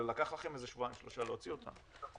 אבל לקח לכם שבועיים-שלושה להוציא אותה.